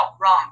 wrong